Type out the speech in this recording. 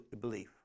belief